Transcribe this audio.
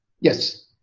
Yes